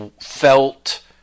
felt